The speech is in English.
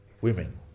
women